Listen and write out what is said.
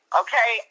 okay